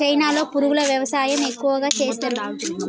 చైనాలో పురుగుల వ్యవసాయం ఎక్కువగా చేస్తరు